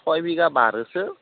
सयबिगा Barroso